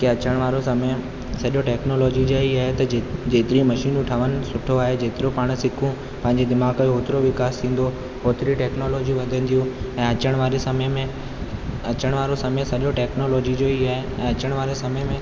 की अचण वारो समय सॼो टेक्नोलॉजी जो ई आहे त जि जेतिरी मशीनूं ठहनि सुठो आहे जेतिरो पाण सिखूं पंहिंजे दिमाग़ जो ओतिरो विकास थींदो ओतिरी टेक्नोलॉजी वधंदियूं ऐं अचणु वारे समय में अचणु वारो समय सॼो टेक्नोलॉजी जो ई आहे ऐं अचणु वारे समय में